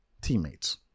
teammates